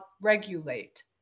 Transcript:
regulate